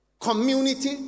community